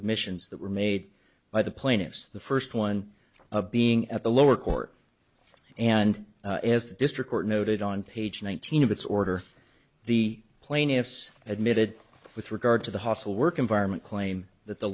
admissions that were made by the plaintiffs the first one of being at the lower court and as the district court noted on page nineteen of its order the plaintiffs admitted with regard to the hostile work environment claim that the